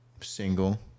single